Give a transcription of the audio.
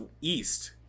East